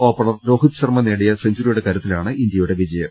opener Rohit Sharma നേടിയ സെഞ്ചറിയുടെ കരുത്തിലാണ് ഇന്ത്യ യുടെ ജയം